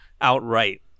outright